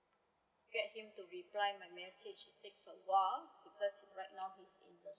get him to reply my message takes a while because right now he is in the school